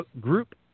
group